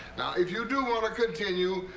now, if you do want to continue,